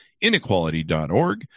Inequality.org